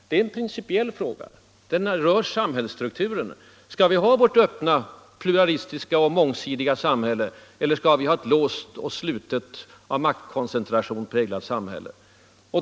Det är en principiell fråga. Den rör samhällsstrukturen. Skall vi ha ett öppet, pluralistiskt och mångsidigt samhälle som vårt nuvarande eller skall vi ha ett låst och slutet, av maktkoncentration präglat samhälle?